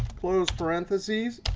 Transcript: close parentheses,